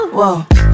Whoa